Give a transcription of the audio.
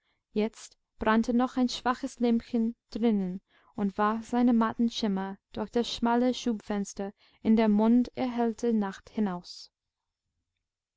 jetzt brannte noch ein schwaches lämpchen drinnen und warf seinen matten schimmer durch das schmale schubfenster in die monderhellte nacht hinaus